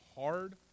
hard